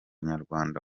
nyarwanda